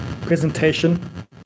presentation